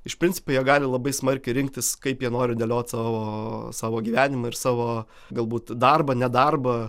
iš principo jie gali labai smarkiai rinktis kaip jie nori dėliot savo savo gyvenimą ir savo galbūt darbą nedarbą